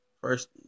First